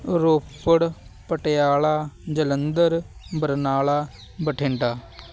Ropar Patiala Jalandhar Barnala Bathinda